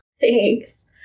thanks